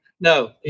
No